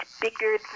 bigger